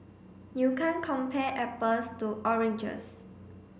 you can't compare apples to oranges